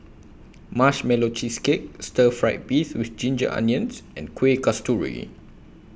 Marshmallow Cheesecake Stir Fried Beef with Ginger Onions and Kueh Kasturi